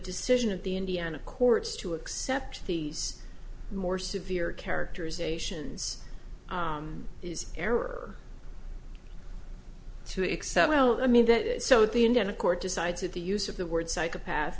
decision of the indiana courts to accept these more severe characterizations is error too except well i mean that so the indiana court decides that the use of the word psychopath